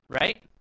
right